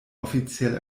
offiziell